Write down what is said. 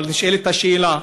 אבל נשאלת השאלה,